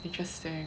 interesting